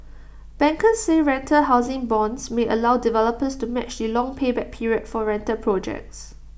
bankers say rental housing bonds may allow developers to match the long payback period for rental projects